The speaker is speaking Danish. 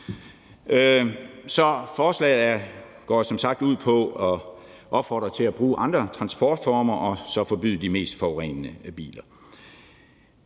Så forslaget går som sagt ud på at opfordre til at bruge andre transportformer og så forbyde de mest forurenende biler.